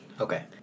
Okay